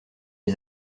les